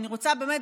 באמת,